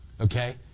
Okay